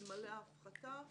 אלמלא ההפחתה,